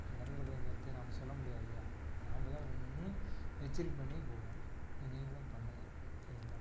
அந்த இடத்துல போய் நிறுத்துன்னு நம்ம சொல்ல முடியாது இல்லையா நாம்ம தான் நின்று எச்சரிக்கை பண்ணி போகணும் இதை நீங்களும் பண்ணுங்கள் சரிங்களா